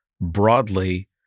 broadly